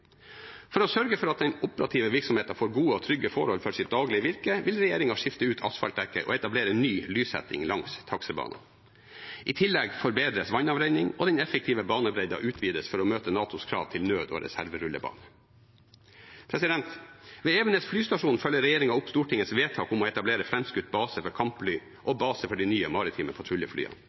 For å sørge for at den operative virksomheten får gode og trygge forhold for sitt daglige virke vil regjeringen skifte ut asfaltdekket og etablere en ny lyssetting langs taksebanene. I tillegg forbedres vannavrenning, og den effektive banebredden utvides for å møte NATOs krav til nød- og reserverullebane. Ved Evenes flystasjon følger regjeringen opp Stortingets vedtak om å etablere fremskutt base for kampfly og base for de nye maritime patruljeflyene.